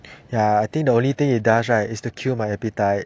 ya I think the only thing it does right is to kill my appetite